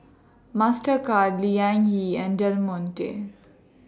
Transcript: Mastercard Liang Yi and Del Monte